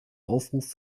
aufruf